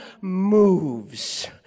moves